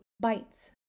bites